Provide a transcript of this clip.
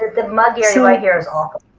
the mug area right here is awful.